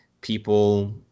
people